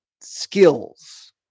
skills